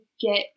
get